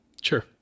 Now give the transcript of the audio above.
Sure